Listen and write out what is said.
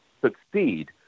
succeed